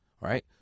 right